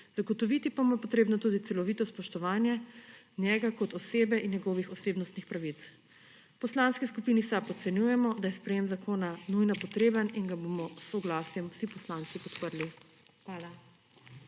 Zagotoviti pa mu je potrebno tudi celovito spoštovanje njega kot osebe in njegovih osebnostnih pravic. V Poslanski skupini SAB ocenjujemo, da je sprejetje zakona nujno potrebno in ga bomo s soglasjem vsi poslanci podprli. Hvala.